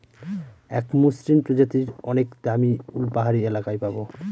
এক মসৃন প্রজাতির অনেক দামী উল পাহাড়ি এলাকায় পাবো